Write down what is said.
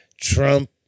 Trump